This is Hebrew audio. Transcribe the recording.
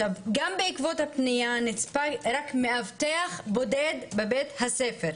גם בעקבות הפנייה נצפה רק מאבטח בודד בבית-הספר.